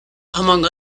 among